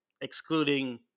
excluding